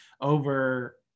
over